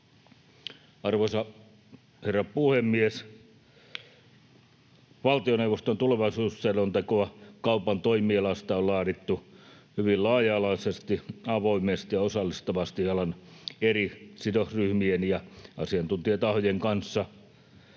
Arvoisa herra puhemies! Valtioneuvoston tulevaisuusselontekoa kaupan toimialasta on laadittu hyvin laaja-alaisesti, avoimesti ja osallistavasti alan eri sidosryhmien ja asiantuntijatahojen kanssa.